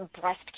breast